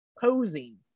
posing